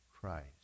Christ